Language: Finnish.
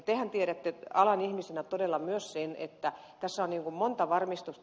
tehän tiedätte alan ihmisenä todella myös sen että tässä on monta varmistusta